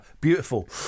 Beautiful